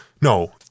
No